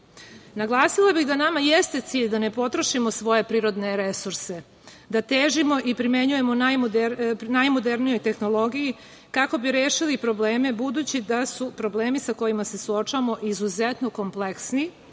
površina. Naglasila bih da nama i jeste cilj da ne potrošimo svoje prirodne resurse, da težimo i primenjujemo najmoderniju tehnologiju kako bi rešili probleme, budući da su problemi sa kojima se suočavamo izuzetno kompleksni,